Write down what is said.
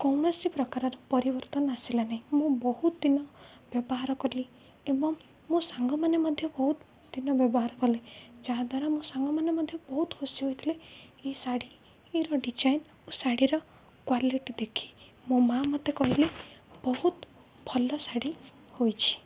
କୌଣସି ପ୍ରକାରର ପରିବର୍ତ୍ତନ ଆସିଲା ନାହିଁ ମୁଁ ବହୁତ ଦିନ ବ୍ୟବହାର କଲି ଏବଂ ମୋ ସାଙ୍ଗମାନେ ମଧ୍ୟ ବହୁତ ଦିନ ବ୍ୟବହାର କଲେ ଯାହାଦ୍ୱାରା ମୋ ସାଙ୍ଗମାନେ ମଧ୍ୟ ବହୁତ ଖୁସି ହୋଇଥିଲେ ଏ ଶାଢ଼ୀର ଡିଜାଇନ ଓ ଶାଢ଼ୀର କ୍ୱାଲିଟି ଦେଖି ମୋ ମା ମୋତେ କହିଲେ ବହୁତ ଭଲ ଶାଢ଼ୀ ହୋଇଛି